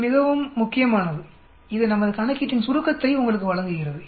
இது மிகவும் முக்கியமானது இது நமது கணக்கீட்டின் சுருக்கத்தை உங்களுக்கு வழங்குகிறது